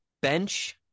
bench